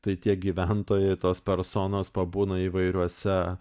tai tie gyventojai tos personos pabūna įvairiuose